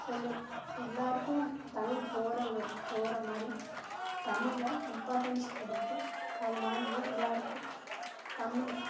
சொல்லும் எல்லோருக்கும் தமிழ் போகிற போகிற மாதிரி தமிழை இம்பார்டன்ஸ் கொடுத்து அதுமாதிரியே எல்லோருக்கும் தமிழ்